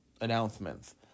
announcements